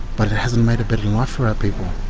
but it hasn't made a better life for our people.